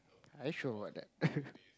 are you sure about that